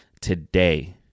Today